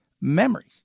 Memories